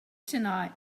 tonight